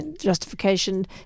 justification